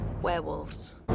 Werewolves